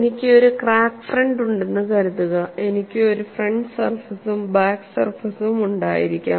എനിക്ക് ഒരു crack front ഉണ്ടെന്ന് കരുതുക എനിക്ക് ഒരു ഫ്രണ്ട് സർഫസും ബാക് സർഫസും ഉണ്ടായിരിക്കാം